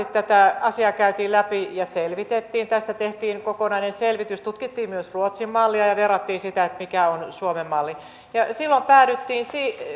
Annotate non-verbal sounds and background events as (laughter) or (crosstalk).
(unintelligible) tätä asiaa kovasti käytiin läpi ja selvitettiin tästä tehtiin kokonainen selvitys tutkittiin myös ruotsin mallia ja verrattiin siihen mikä on suomen malli silloin päädyttiin